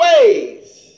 ways